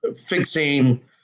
fixing